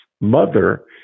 mother